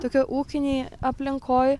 tokioj ūkinėj aplinkoj